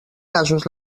gasos